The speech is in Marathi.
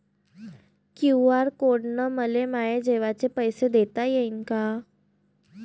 क्यू.आर कोड न मले माये जेवाचे पैसे देता येईन का?